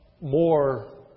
more